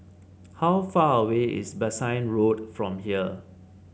how far away is Bassein Road from here